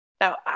Now